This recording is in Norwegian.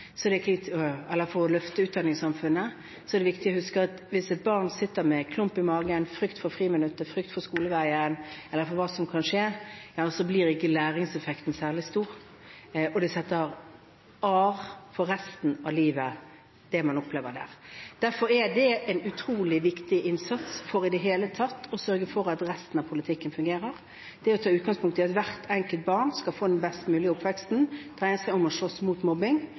viktig å huske at hvis et barn sitter med klump i magen, frykt for friminuttet, frykt for skoleveien eller for hva som kan skje, ja, så blir ikke læringseffekten særlig stor, og det man opplever der, kan gi arr for resten av livet. Derfor er det utrolig viktig at vi gjør en innsats – for i det hele tatt å sørge for at resten av politikken fungerer – med utgangspunkt i at hvert enkelt barn skal få den best mulige oppveksten. Det dreier seg om å slåss mot mobbing.